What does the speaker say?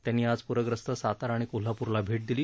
त्यांनी आज पूरग्रस्त सातारा आणि कोल्हापूरला भैट दिली